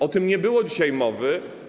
O tym nie było dzisiaj mowy.